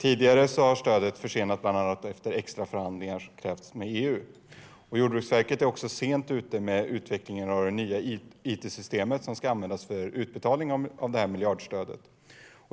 Tidigare har stödet försenats, bland annat efter att extraförhandlingar med EU har krävts. Jordbruksverket är också sent ute med utvecklingen av det nya it-system som ska användas för utbetalning av detta miljardstöd.